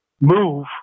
move